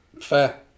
Fair